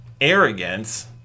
arrogance